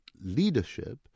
leadership